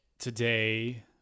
today